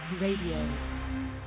Radio